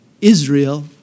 Israel